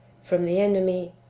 from the enemy,